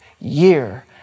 year